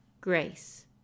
Grace